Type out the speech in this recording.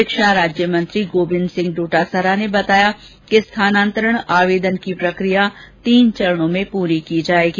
शिक्षा राज्य मंत्री गोविन्द सिंह डोटासरा ने बताया कि स्थानान्तरण आवेदन की प्रक्रिया तीन चरणों में पूरी की जाएगी